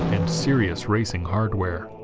and serious racing hardware